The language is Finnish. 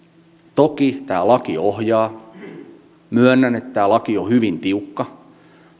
toki tämä laki ohjaa ja myönnän että tämä laki on hyvin tiukka